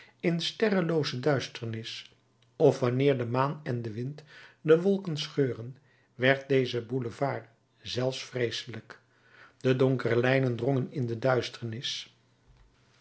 in sterrenlooze duisternis of wanneer de maan en de wind de wolken scheuren werd deze boulevard zelfs vreeselijk de donkere lijnen drongen in de duisternis